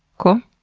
cool?